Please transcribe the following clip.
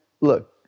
look